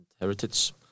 heritage